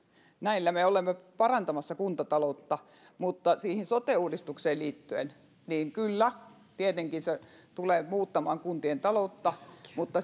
näillä me olemme parantamassa kuntataloutta mutta siihen sote uudistukseen liittyen niin kyllä tietenkin se tulee muuttamaan kuntien taloutta mutta